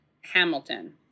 Hamilton